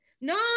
no